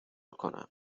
کنم